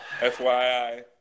FYI